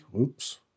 Oops